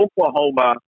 Oklahoma